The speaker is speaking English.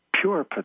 pure